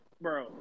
Bro